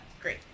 Great